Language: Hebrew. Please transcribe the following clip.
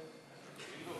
עתיד,